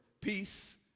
peace